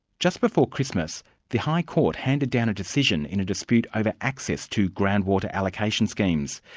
just before christmas the high court handed down a decision in dispute over access to groundwater allocation schemes.